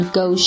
go